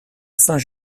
saint